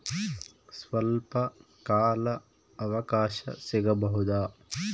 ಸ್ವಲ್ಪ ಕಾಲ ಅವಕಾಶ ಸಿಗಬಹುದಾ?